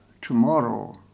tomorrow